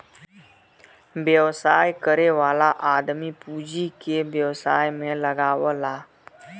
व्यवसाय करे वाला आदमी पूँजी के व्यवसाय में लगावला